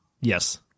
Yes